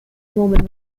mormon